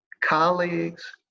colleagues